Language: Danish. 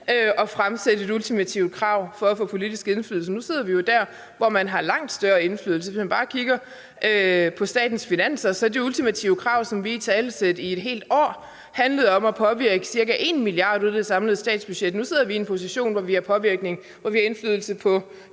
at fremsætte et ultimativt krav for at få politisk indflydelse. Nu sidder vi jo der, hvor man har langt større indflydelse. Hvis man bare kigger på statens finanser, handlede de ultimative krav, som vi italesatte et helt år, om at påvirke ca. 1 mia. kr. ud af det samlede statsbudget. Nu sidder vi i en position, hvor vi har indflydelse på